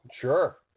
sure